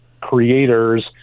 creators